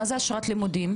מה זה אשרת לימודים?